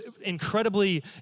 incredibly